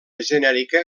genèrica